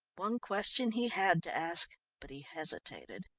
one question he had to ask but he hesitated.